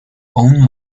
own